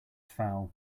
foul